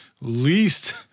least